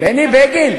בני בגין?